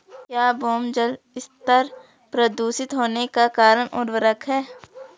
क्या भौम जल स्तर प्रदूषित होने का कारण उर्वरक है?